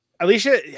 Alicia